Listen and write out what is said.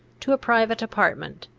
to a private apartment,